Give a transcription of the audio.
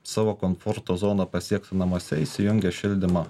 savo komforto zoną pasiektų namuose įsijungia šildymą